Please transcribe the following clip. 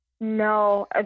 No